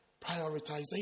prioritization